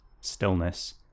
stillness